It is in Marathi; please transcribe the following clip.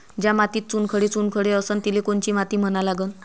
ज्या मातीत चुनखडे चुनखडे असन तिले कोनची माती म्हना लागन?